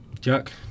Jack